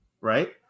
right